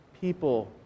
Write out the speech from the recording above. people